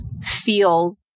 feel